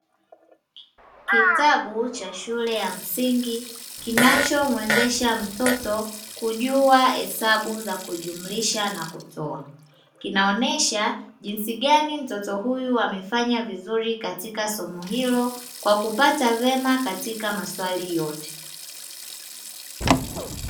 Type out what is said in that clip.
Kitabu cha shule ya msingi kinachomwezesha mtoto kujua hesabu za kujumlisha na kutoa. Kinaonyesha jinsi gani mtoto huyu amefanya vizuri katika somo hilo kwa kupata vema katika maswali yote.